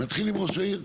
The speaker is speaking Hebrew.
נתחיל עם ראש העיר.